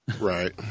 Right